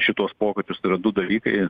šituos pokyčius tai yra du dalykai